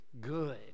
good